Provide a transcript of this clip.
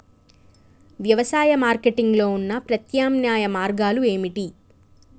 వ్యవసాయ మార్కెటింగ్ లో ఉన్న ప్రత్యామ్నాయ మార్గాలు ఏమిటి?